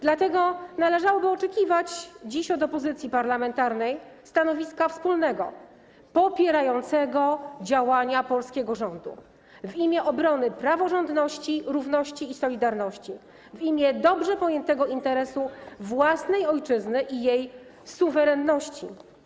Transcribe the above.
Dlatego należałoby oczekiwać dziś od opozycji parlamentarnej wspólnego stanowiska popierającego działania polskiego rządu w imię obrony praworządności, równości i solidarności, w imię dobrze pojętego interesu własnej ojczyzny i jej suwerenności.